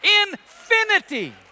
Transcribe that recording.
infinity